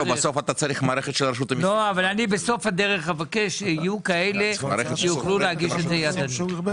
אני בסוף הדרך אבקש שיהיו כאלה שיוכלו להגיש את זה ידני,